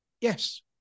Yes